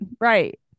right